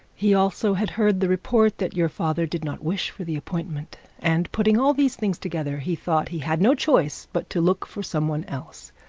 he also had heard the report that your father did not wish for the appointment, and putting all these things together, he thought he had not choice but to look for some one else.